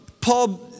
Paul